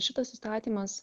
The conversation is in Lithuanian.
šitas įstatymas